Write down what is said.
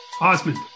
Osmond